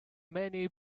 many